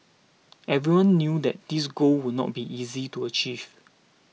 everyone knew that this goal would not be easy to achieve